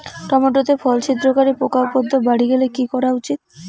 Tomato তে ফল ছিদ্রকারী পোকা উপদ্রব বাড়ি গেলে কি করা উচিৎ?